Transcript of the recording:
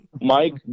Mike